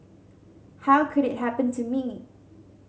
how could it happen to me